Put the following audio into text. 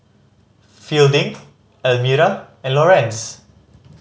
Fielding Elmira and Lorenz